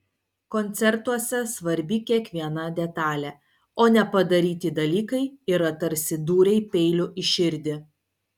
koncertuose svarbi kiekviena detalė o nepadaryti dalykai yra tarsi dūriai peiliu į širdį